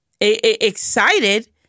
excited